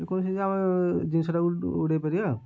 ଯେକୌଣସି ଜିନିଷ ଆମେ ଜିନିଷଟାକୁ ଉଡ଼େଇ ପାରିବା ଆଉ